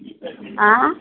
आ